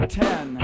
ten